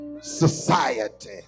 society